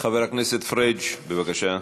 חבר הכנסת פריג', בבקשה.